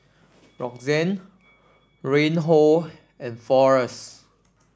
Roxann Reinhold and Forrest